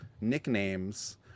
nicknames